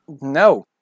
No